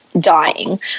dying